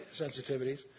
sensitivities